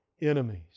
enemies